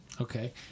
Okay